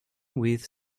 with